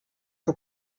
que